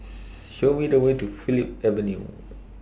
Show Me The Way to Philip Avenue